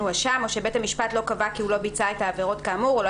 הואשם או שבית המשפט לא קבע כי הוא לא ביצע את העבירות כאמור או לא